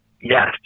Yes